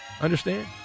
Understand